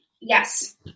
Yes